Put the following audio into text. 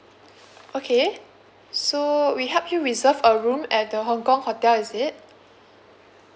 okay so we help you reserve a room at the hong kong hotel is it